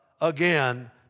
again